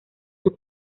sus